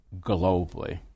globally